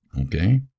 okay